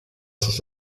sus